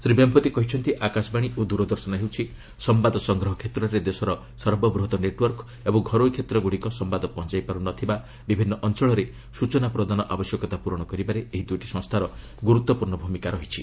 ଶ୍ରୀ ଭେମ୍ପତି କହିଛନ୍ତି ଆକାଶବାଣୀ ଓ ଦୂରଦର୍ଶନ ହେଉଛି ସମ୍ପାଦ ସଂଗ୍ରହ କ୍ଷେତ୍ରରେ ଦେଶରେ ସର୍ବବୃହତ୍ ନେଟ୍ୱର୍କ ଏବଂ ଘରୋଇ କ୍ଷେତ୍ରଗୁଡ଼ିକ ସମ୍ଭାଦ ପହଞ୍ଚାଇ ପାରୁ ନ ଥିବା ବିଭିନ୍ନ ଅଞ୍ଚଳରେ ସୂଚନା ପ୍ରଦାନ ଆବଶ୍ୟକତା ପୂରଣ କରିବାରେ ଏହି ଦୁଇଟି ସଂସ୍ଥାର ଗୁରୁତ୍ୱପୂର୍ଷ ଭୂମିକା ରହିଛି